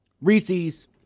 Reese's